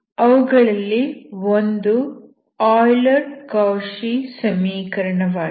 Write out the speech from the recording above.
ಅವುಗಳಲ್ಲಿ ಒಂದು Euler Cauchy ಸಮೀಕರಣವಾಗಿದೆ